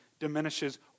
diminishes